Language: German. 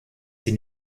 sie